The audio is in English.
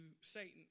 Satan